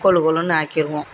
கொழு கொழுன்னு ஆக்கிடுவோம்